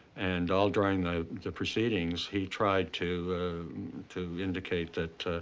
and all during the proceedings, he tried to to indicate that